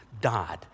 died